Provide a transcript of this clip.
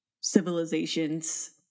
civilizations